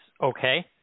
okay